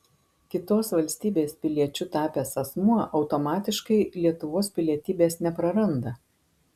kitos valstybės piliečiu tapęs asmuo automatiškai lietuvos pilietybės nepraranda